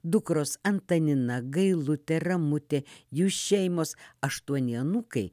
dukros antanina gailutė ramutė jų šeimos aštuoni anūkai